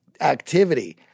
activity